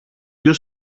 δυο